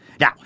Now